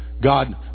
God